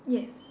yes